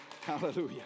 Hallelujah